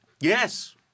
Yes